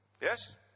Yes